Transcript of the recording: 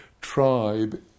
tribe